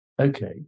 Okay